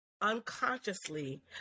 unconsciously